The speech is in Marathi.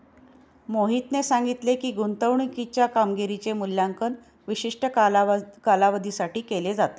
मोहितने सांगितले की, गुंतवणूकीच्या कामगिरीचे मूल्यांकन विशिष्ट कालावधीसाठी केले जाते